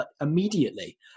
immediately